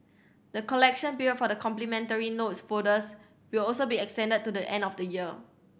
the collection period for the complimentary notes folders will also be extended to the end of the year